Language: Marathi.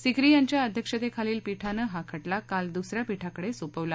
सीकरी यांच्या अध्यक्षतेखालील पीठानं हा खटला काल दुस या पीठाकडे सोपवला